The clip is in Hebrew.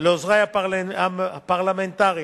ולעוזרי הפרלמנטרים,